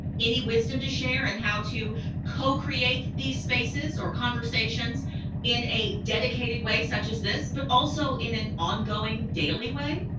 any wisdom to share in how to co-create these spaces or conversations in a dedicated way, such as this, but also in an ongoing daily way?